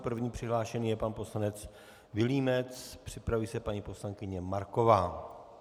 První přihlášený je pan poslanec Vilímec, připraví se paní poslankyně Marková.